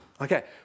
Okay